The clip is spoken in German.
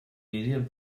medien